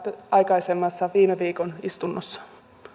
aikaisemmassa viime viikon istunnossa